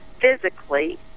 Physically